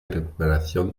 recuperación